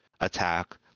attack